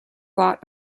bought